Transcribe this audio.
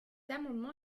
amendement